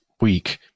week